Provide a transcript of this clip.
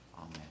Amen